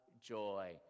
joy